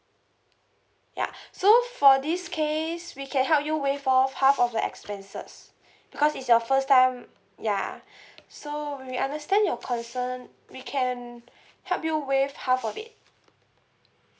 ya so for this case we can help you waive off half of the expenses because it's your first time ya so we understand your concern we can help you waive half of it